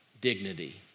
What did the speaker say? dignity